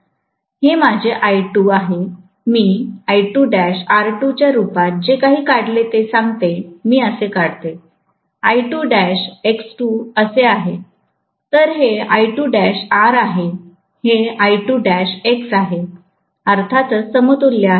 हे माझे I2 आहे मीR2 च्या रूपात जे काढले ते सांगते मी असे काढते X2असे आहे तर हेR आहे हे X आहे अर्थातच समतुल्य आहे